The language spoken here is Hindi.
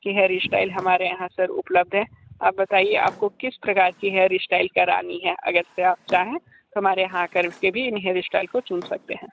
के स्टाइल हमारे यहां सर उपलब्ध हैं आप बताइए आपको किस प्रकार की स्टाइल करानी है अगर से आप चाहें हमारे यहां आकर के भी इन स्टाइल को चुन सकते हैं